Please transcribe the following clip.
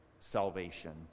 Salvation